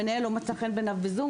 המנהל לא מצא חן בעיניו בזום,